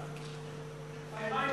ההצעה